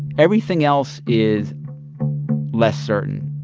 everything else is less certain